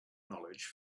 knowledge